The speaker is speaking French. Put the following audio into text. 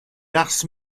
lars